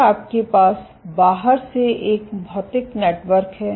फिर आपके पास बाहर से एक भौतिक नेटवर्क है